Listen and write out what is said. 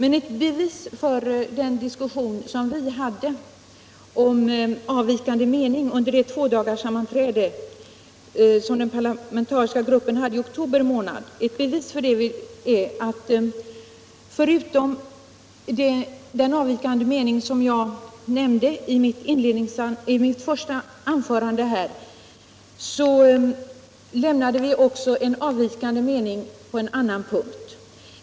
Under det nämnda sammanträdet i den parlamentariska gruppen anmälde vi också avvikande mening på en annan punkt.